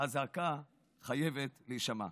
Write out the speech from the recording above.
הזעקה חייבת להישמע.